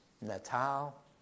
Natal